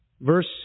verse